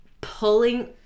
pulling